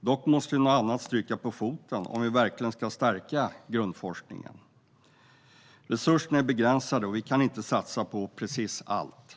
Dock måste något annat stryka på foten om vi verkligen ska stärka grundforskningen. Resurserna är begränsade, och vi kan inte satsa på precis allt.